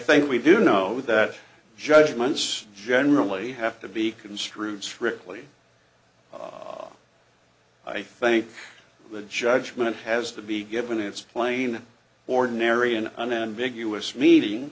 think we do know that judgments generally have to be construed strictly i think the judgment has to be given it's plain ordinary an unambiguous meaning